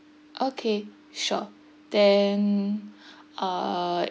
okay sure then uh